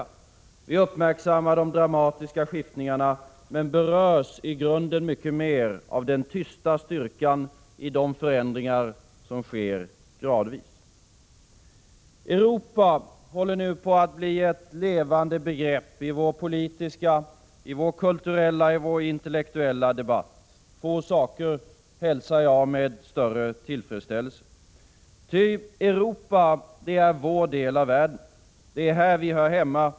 Vi uppmärksammar de dramatiska skiftningarna, men berörs i grunden mycket mer av den tysta styrkan i de förändringar som sker gradvis. Europa håller nu på att bli ett levande begrepp i vår politiska, vår kulturella och vår intellektuella debatt. Få saker hälsar jag med större tillfredsställelse. Ty Europa är vår del av världen. Här hör vi hemma.